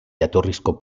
jatorrizko